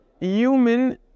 human